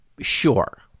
sure